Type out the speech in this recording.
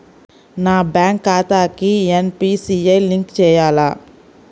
నా బ్యాంక్ ఖాతాకి NPCI link చేయాలా?